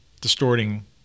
distorting